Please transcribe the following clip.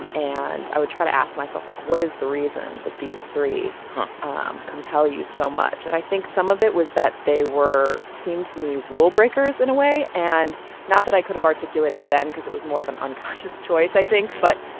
and and i would try to ask myself, like, what is the reason that these three um compel you so much? and i think some of it was that they were seemed to me rule breakers in a way. and not that i could have articulated then because it was more of an unconscious choice, i think but,